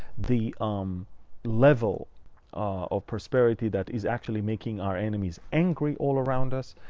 the um level of prosperity that is actually making our enemies angry all around us.